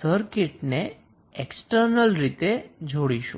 સર્કિટને એક્ષટર્નલ રીતે જોડીશું